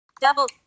double